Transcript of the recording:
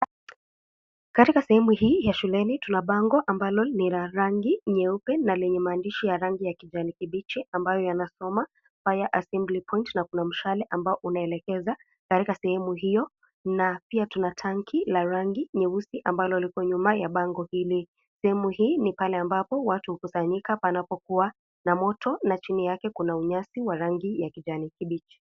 Katika sehemu hii ya shuleni tuna bango ambalo ni la rangi nyeupe na lenye maandishi ya rangi ya kijani kibichi ambayo yanasoma fire assembly point na kuna mshale ambao unaelekeza katika sehemu hiyo, na pia tuna tanki la rangi nyeusi ambalo lipo nyuma ya bango hili. Sehemu hii ni pale ambapo watu hukusanyika panapokuwa na moto na chini yake kuna unyasi wa rangi ya kijani kibichi.